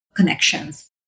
Connections